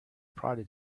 prodded